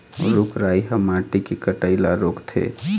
रूख राई ह माटी के कटई ल रोकथे